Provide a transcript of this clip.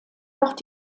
dort